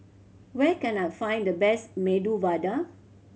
where can I find the best Medu Vada